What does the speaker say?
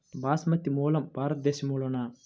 బాస్మతి మూలం భారతదేశంలోనా?